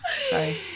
Sorry